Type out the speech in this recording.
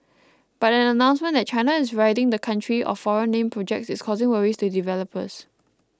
but an announcement that China is ridding the country of foreign name projects is causing worries to developers